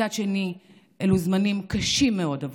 מצד שני, אלו זמנים קשים מאוד עבורי,